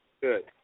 Good